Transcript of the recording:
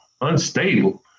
unstable